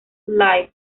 live